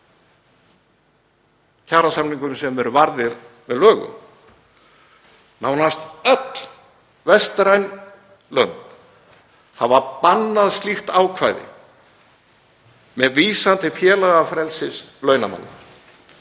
kjarasamningum sem eru varðir með lögum. Nánast öll vestræn lönd hafa bannað slíkt ákvæði með vísan til félagafrelsis launamanna.